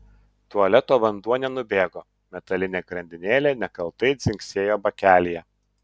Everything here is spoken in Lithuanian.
tualeto vanduo nenubėgo metalinė grandinėlė nekaltai dzingsėjo bakelyje